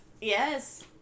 Yes